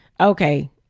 okay